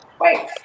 Wait